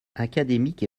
académique